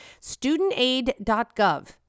Studentaid.gov